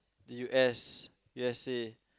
the U_S U_S_A